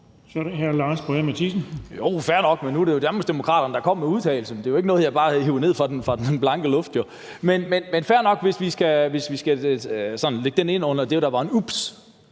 Boje Mathiesen (NB): Det er fair nok, men nu var det jo Danmarksdemokraterne, der kom med udtalelserne. Det er jo ikke noget, jeg bare har grebet ud af den blå luft. Men fair nok, hvis vi skal lægge det ind under det, der sådan var et ups,